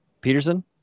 Peterson